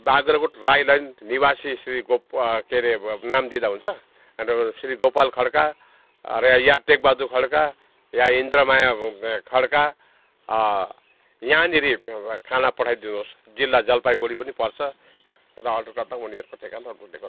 Bagrakot Rai line निवासी श्री गो के अरे अब नाम दिँदा हुन्छ श्री गोपाल खड्का र या टेकबहादुर खड्का या इन्द्रमाया अब खड्का यहाँनिर खाना पठाइदिनु होस् जिल्ला जलपाइगुडी पनि पर्छ र अर्को त उनीहरूको ठेगाना त अब उसले गर